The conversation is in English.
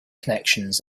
connections